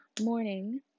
morning